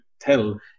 tell